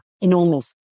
enormous